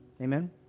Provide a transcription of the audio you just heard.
Amen